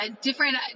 different